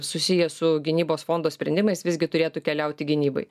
susiję su gynybos fondo sprendimais visgi turėtų keliauti gynybai